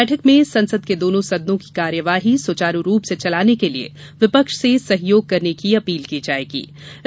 बैठक में संसद के दोनों सदनों की कार्यवाही सुचारु रूप से चलाने के लिए विपक्ष से सहयोग करने की अपील की जाएगीं